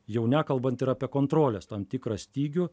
jau nekalbant ir apie kontrolės tam tikrą stygių